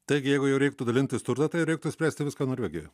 taigi jeigu jau reiktų dalintis turtą tai reiktų spręsti viską norvegijoj